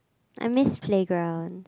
I miss playgrounds